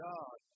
God